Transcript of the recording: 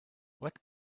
what